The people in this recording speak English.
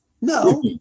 No